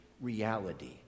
reality